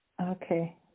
Okay